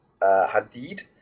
Hadid